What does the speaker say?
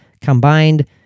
combined